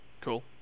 Cool